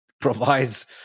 provides